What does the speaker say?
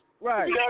Right